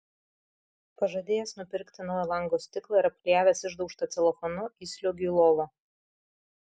pažadėjęs nupirkti naują lango stiklą ir apklijavęs išdaužtą celofanu įsliuogiu į lovą